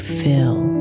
fill